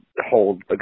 hold